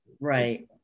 Right